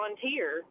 volunteer